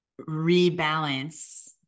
rebalance